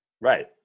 Right